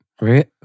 Right